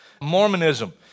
Mormonism